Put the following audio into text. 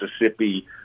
Mississippi